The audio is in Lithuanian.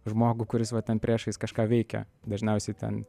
žmogų kuris va ten priešais kažką veikia dažniausiai ten